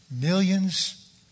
Millions